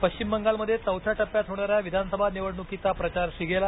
पश्चिम बंगालमध्ये चौथ्या टप्प्यात होणाऱ्या विधानसभा निवडणुकीचा प्रचार शिगेला